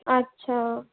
আচ্ছা